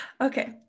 Okay